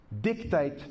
dictate